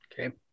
Okay